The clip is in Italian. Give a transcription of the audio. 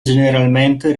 generalmente